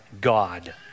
God